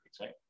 right